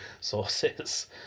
sources